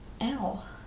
Ow